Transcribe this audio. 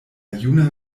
juna